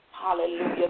Hallelujah